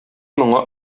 моңа